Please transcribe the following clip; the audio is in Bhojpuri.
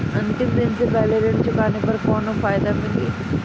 अंतिम दिन से पहले ऋण चुकाने पर कौनो फायदा मिली?